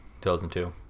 2002